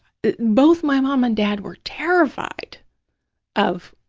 both my mom and dad were terrified of